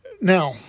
Now